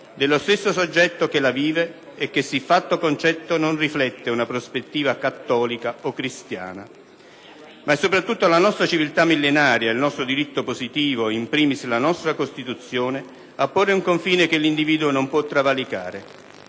dello stesso soggetto che la vive e siffatto concetto non riflette una prospettiva cattolica o cristiana». Ma è soprattutto la nostra civiltà millenaria, il nostro diritto positivo, *in primis* la nostra Costituzione a porre un confine che l'individuo non può travalicare.